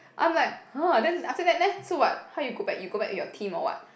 I'm like !huh! then after that leh so what how you go back you go back with your team or what